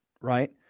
right